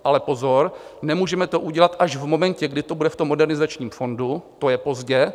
Ale pozor, nemůžeme to udělat až v momentě, kdy to bude v tom Modernizačním fondu, to je pozdě.